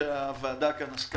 הדיון הקודם עסק